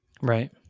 Right